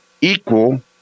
equal